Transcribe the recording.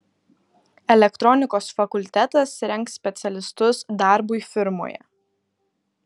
elektronikos fakultetas rengs specialistus darbui firmoje